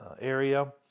area